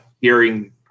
hearing